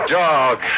dog